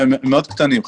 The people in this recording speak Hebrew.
הם מאוד קטנים.